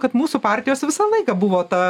kad mūsų partijos visą laiką buvo ta